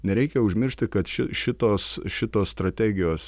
nereikia užmiršti kad ši šitos šitos strategijos